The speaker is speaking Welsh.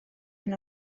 hyn